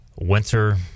winter